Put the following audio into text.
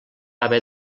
haver